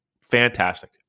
Fantastic